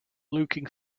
looking